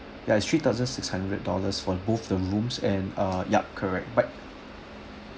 ya is three thousand six hundred dollars for both the rooms and ah ya correct but